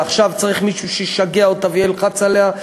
ועכשיו צריך מישהו שישגע אותה וילחץ עליה,